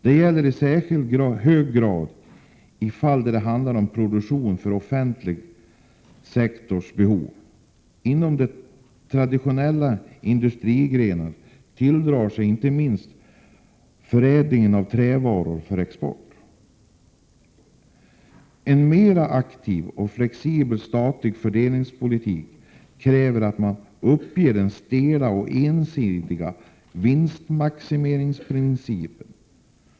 Detta gäller i särskilt hög grad då det handlar om produktion för den offentliga sektorns behov. Inom mera traditionella industrigrenar sker inte minst förädlingen av trävaror för export. En mera aktiv och flexibel statlig företagspolitik kräver att man uppger den stela och ensidiga vinstmaximeringsprincipen.